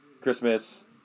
Christmas